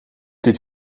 dit